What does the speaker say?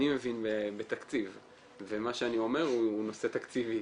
אני מבין בתקציב, ומה שאני אומר הוא נושא תקציבי.